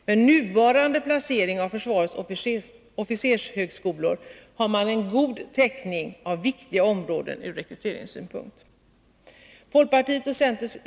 Med nuvarande placering av försvarets officershögskolor har man en god täckning av viktiga områden ur rekryteringssynpunkt.